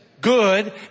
good